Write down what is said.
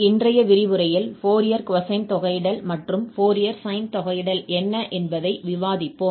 இன்றைய விரிவுரையில் Fourier cosine தொகையிடல் மற்றும் ஃபோரியர் சைன் தொகையிடல் என்ன என்பதை விவாதிப்போம்